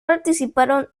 participaron